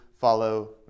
follow